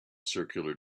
circular